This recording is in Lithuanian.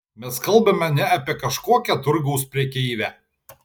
mes kalbame ne apie kažkokią turgaus prekeivę